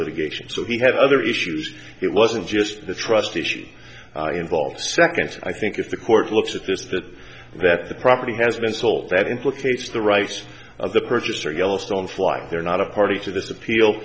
litigation so he had other issues it wasn't just the trust issue involved second i think if the court looks at this that that the property has been sold that implicates the rights of the purchaser yellowstone flight they're not a party to this appeal